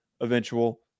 eventual